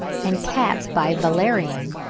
and cats by valerian,